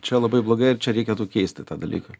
čia labai blogai ir čia reikėtų keisti tą dalyką